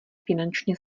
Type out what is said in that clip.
finančně